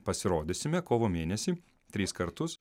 pasirodysime kovo mėnesį tris kartus